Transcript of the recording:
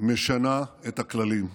משנה את הכללים.